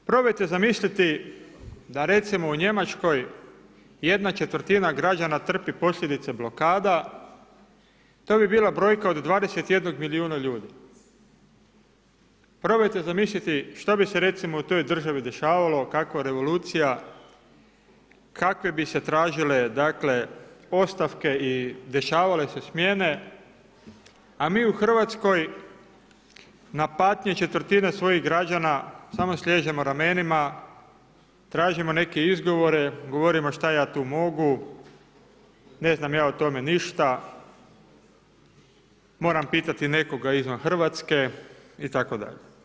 Probajte zamisliti da recimo u Njemačkoj jedna četvrtina građana trpi posljedice blokada, to bi bila brojka od 21 milijuna ljudi, probajte zamisliti šta bi se recimo u toj državi dešavalo kakva revolucija, kakve bi se tražile ostavke i dešavale se smjene, a mi u Hrvatskoj na patnje četvrtine svojih građana samo sliježemo ramenima, tražimo neke izgovore, govorimo šta ja tu mogu, ne znam ja o tome ništa, moram pitati nekoga izvan Hrvatske itd.